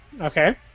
Okay